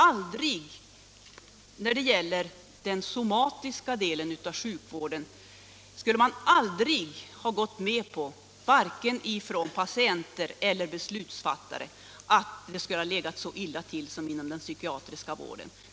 För den somatiska delen av sjukvården skulle varken patienter eller beslutsfattare ha accepterat ett så dåligt tillstånd som det som råder inom den psykiatriska vården.